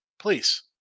Please